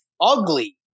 ugly